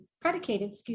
predicated